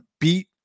beat